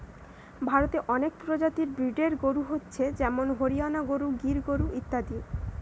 ভারতে অনেক প্রজাতির ব্রিডের গরু হচ্ছে যেমন হরিয়ানা গরু, গির গরু ইত্যাদি